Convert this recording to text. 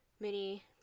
mini